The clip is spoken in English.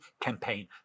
campaign